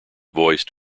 voiced